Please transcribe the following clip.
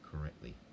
correctly